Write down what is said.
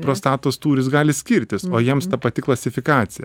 prostatos tūris gali skirtis o jiems ta pati klasifikacija